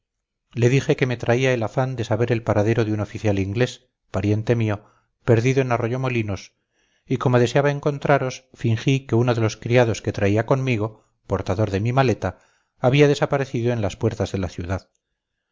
le dije que me traía el afán de saber el paradero de un oficial inglés pariente mío perdido en arroyomolinos y como deseaba encontraros fingí que uno de los criados que traía conmigo portador de mi maleta había desaparecido en las puertas de la ciudad